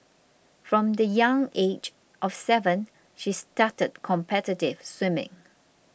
from the young age of seven she started competitive swimming